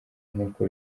nk’uko